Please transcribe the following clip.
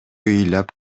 ыйлап